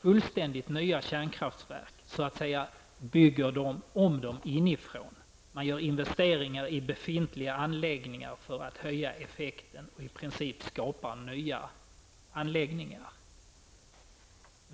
fullständigt nya kärnkraftverk kan man bygga om de redan existerande kärnkraftverken inifrån. Man gör investeringar i befintliga anläggningar för att höja effektiviteten och i princip skapa nya anläggningar.